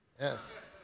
Yes